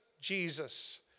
Jesus